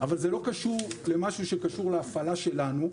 אבל הוא לא קשור למשהו שקשור להפעלה שלנו.